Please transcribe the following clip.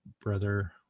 brother